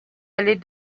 allait